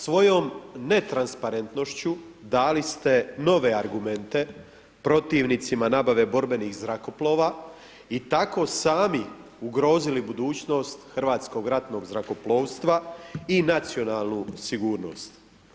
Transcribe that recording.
Svojom netransparentnošću dali ste nove argumente protivnicima nabave borbenih zrakoplova i tako sami ugrozili budućnost Hrvatskog ratnog zrakoplovstva i nacionalu sigurnost.